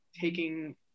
taking